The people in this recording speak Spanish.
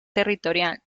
territorial